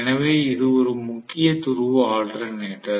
எனவே இது ஒரு முக்கிய துருவ ஆல்டர்நெட்டர்